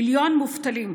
מיליון מובטלים,